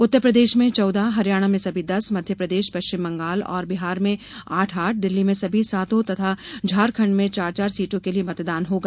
उत्तर प्रदेश में चौदह हरियाणा में सभी दस मध्य प्रदेश पश्चिम बंगाल और बिहार में आठ आठ दिल्ली में सभी सातों तथा झारखंड में चार सीटों के लिये मतदान होगा